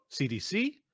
CDC